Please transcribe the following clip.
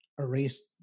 erased